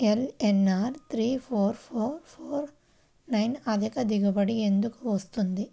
LNR three four four four nine అధిక దిగుబడి ఎందుకు వస్తుంది?